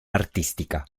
artística